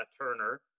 Turner